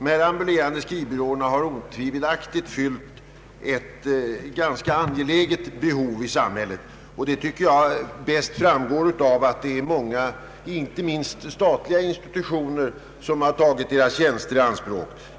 Dessa ambulerande skrivbyråer har otvivelaktigt fyllt ett ganska angeläget behov i samhället. Det framgår bäst av att många, inte minst statliga institutioner, har tagit deras tjänster i anspråk.